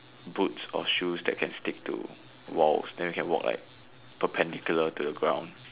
boots or shoes that can stick to walls then we can walk like perpendicular to the ground